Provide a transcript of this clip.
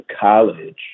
college